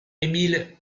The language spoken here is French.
émile